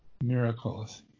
miracles